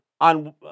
on